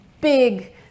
big